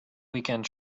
weekend